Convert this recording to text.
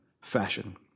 fashion